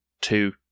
two